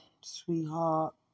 sweetheart